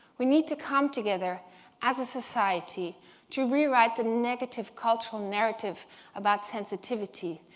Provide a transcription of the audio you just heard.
we need to come together as a society to rewrite the negative cultural narrative about sensitivity,